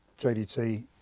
JDT